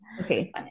okay